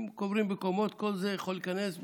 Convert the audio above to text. אם קוברים בקומות, כל זה יכול להיכנס,